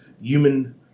human